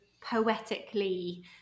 poetically